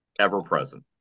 ever-present